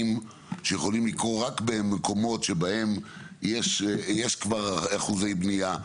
שיכולים לקרות רק במקומות שבהם יש כבר אחוזי בניה,